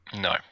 no